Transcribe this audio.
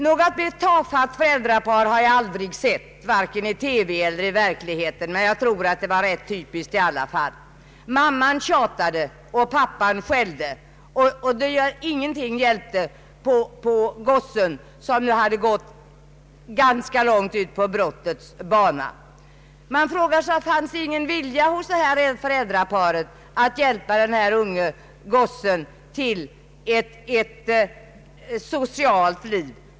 Något mer tafatt föräldrapar har jag aldrig sett, vare sig i TV eller i verkligheten, men jag tror att föräldrarnas uppträdande ändå var ganska typiskt. Mamman tjatade och pappan skällde, men ingenting hjälpte på gossen som hade gått ganska långt ut på brottets bana. Man frågade sig om det inte fanns någon vilja hos föräldrarna att hjälpa den unge gossen till ett socialt välanpassat liv.